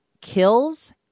kills